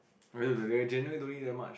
generally don't need that much